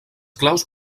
claus